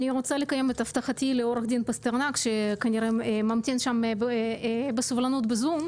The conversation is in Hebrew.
אני רוצה לקיים את הבטחתי לעו"ד פסטרנק שכנראה ממתין בסבלנות בזום.